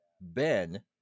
Ben